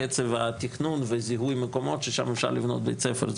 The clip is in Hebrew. קצב התכנון וזיהוי מקומות ששם אפשר לבנות בית ספר.